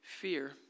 Fear